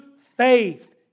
faith